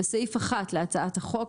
בסעיף 1 להצעת החוק,